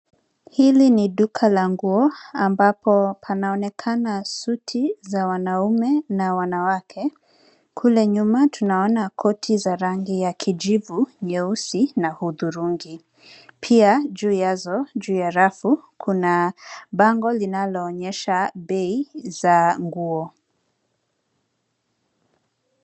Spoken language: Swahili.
Hili ni duka la nguo ambapo panaonekana suti za wanaume na wanawake, kule nyuma tunaona koti za rangi ya kijivu, nyeusi na hudhurungi, pia juu ya rafu kuna bango linaloonyesha bei za nguo.